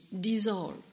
dissolve